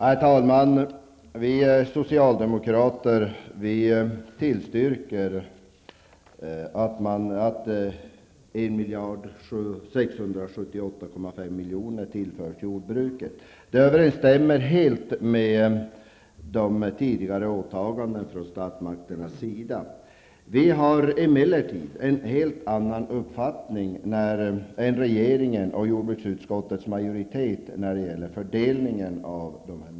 Herr talman! Vi socialdemokrater tillstyrker att 1 678,5 milj.kr. tillförs jordbruket. Det överensstämmer helt med tidigare åtaganden från statsmakternas sida. Vi har emellertid en helt annan uppfattning än regeringen och jordbruksutskottets majoritet när det gäller fördelningen av dessa medel.